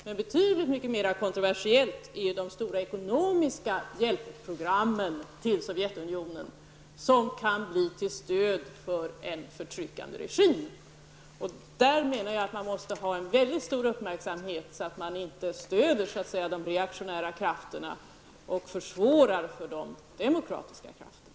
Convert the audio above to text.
Men det är betydligt mera kontroversiellt med de ekonomiska hjälpprogrammen till Sovjetunionen, som kan bli till stöd för en förtryckande regim. Det måste vara en stor uppmärksamhet så att de reaktionära krafterna inte stöds och försvårar för de demokratiska krafterna.